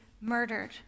murdered